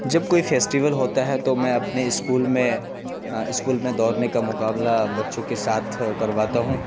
جب کوئی فیسٹیول ہوتا ہے تو میں اپنے اسکول میں اسکول میں دوڑنے کا مقابلہ بچوں کے ساتھ کرواتا ہوں